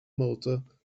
motor